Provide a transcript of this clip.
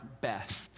best